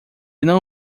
não